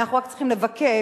אנחנו רק צריכים לבקש